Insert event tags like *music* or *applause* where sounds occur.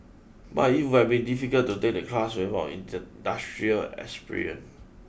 but it would have been difficult to take the class *unintelligible* industrial experience